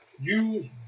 use